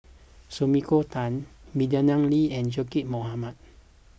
Sumiko Tan Madeleine Lee and Zaqy Mohamad